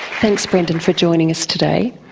thanks, brendon, for joining us today.